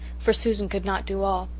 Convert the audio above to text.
for susan could not do all.